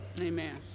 amen